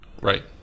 Right